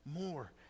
more